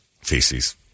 feces